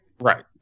Right